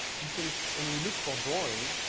you can see and we look for drawing,